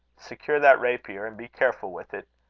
secure that rapier, and be careful with it.